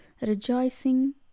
rejoicing